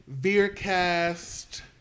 VeerCast